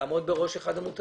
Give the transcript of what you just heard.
העמותה שהם לא חברי הוועד.